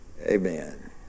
Amen